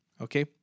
Okay